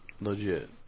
Legit